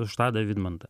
už tadą vidmantą